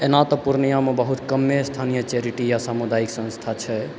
एना तऽ पूर्णियामे बहुत कमे स्थानीय चैरिटी या सामुदायिक संस्था छै